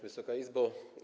Wysoka Izbo!